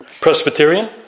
Presbyterian